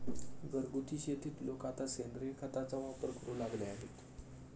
घरगुती शेतीत लोक आता सेंद्रिय खताचा वापर करू लागले आहेत